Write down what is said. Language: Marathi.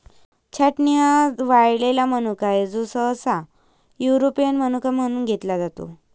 छाटणी हा वाळलेला मनुका आहे, जो सहसा युरोपियन मनुका पासून घेतला जातो